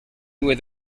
with